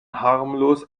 harmlos